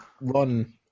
run